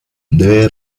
debe